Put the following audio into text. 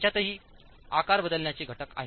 आमच्यातही आकार बदलण्याचे घटक आहेत